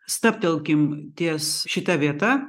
stabtelkim ties šita vieta